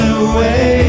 away